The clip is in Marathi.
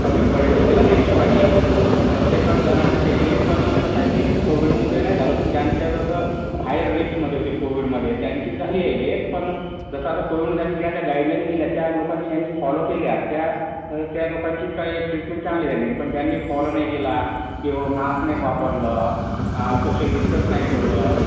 कमी पडले होते ना त्या हिशेबानी तर प्रत्येकजण असं पेशली पण कसं आहे की कोविडमुळे नाही झालं पण ज्यांच्या जसं हायर रिक्समध्ये होते कोविडमध्ये त्यांची झाली आहे डेथ पण जसं आता कोविडमध्ये आम्ही ज्या ज्या गाईडलाईन दिल्या त्या लोकांनी ज्यांनी फॉलो केल्या त्या त्या लोकांची काही एक ट्रीटमेंट चांगली झाली आहे पण ज्यांनी फॉलो नाही केला किंवा मास्क नाही वापरलं सोशल डिस्टन्स नाही ठेवलं